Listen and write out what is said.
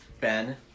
Ben